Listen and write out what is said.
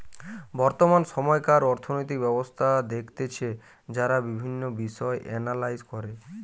বর্তমান সময়কার অর্থনৈতিক ব্যবস্থা দেখতেছে যারা বিভিন্ন বিষয় এনালাইস করে